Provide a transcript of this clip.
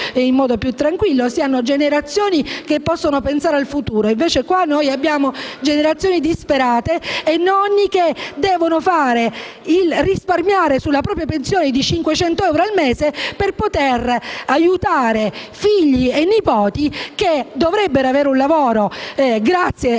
in modo più tranquillo e generazioni che possono pensare al futuro. Noi abbiamo generazioni disperate e nonni che devono risparmiare sulla propria pensione di 500 euro al mese per poter aiutare figli e nipoti che dovrebbero avere un lavoro grazie al tanto